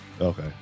okay